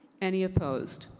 any opposed?